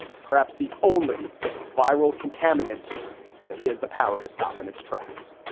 perhaps the only viral contaminant that he has the power to stop in its tracks.